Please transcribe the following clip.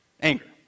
Anger